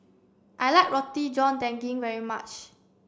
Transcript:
I like Roti John Daging very much